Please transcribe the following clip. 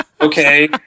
okay